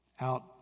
out